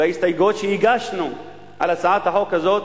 וההסתייגויות שהגשנו להצעת החוק הזו,